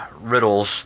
riddles